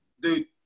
dude